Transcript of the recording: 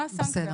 מה הסנקציה?